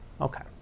Okay